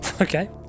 Okay